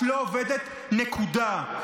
את לא עובדת, נקודה.